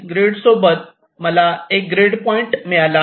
grid सोबत मला एक ग्रीड पॉईंट मिळाला आहे